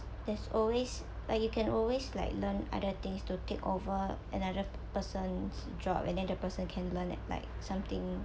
there's always but you can always like learn other things to take over another person's job and then the person can learn it like something